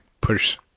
push